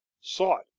sought